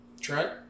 Trent